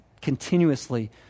continuously